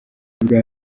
ubwa